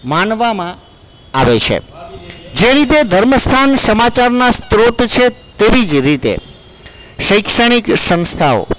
માનવામાં આવે છે જે રીતે ધર્મ સ્થાનના સ્ત્રોત છે તેવી જ રીતે શૈક્ષણિક સંસ્થાઓ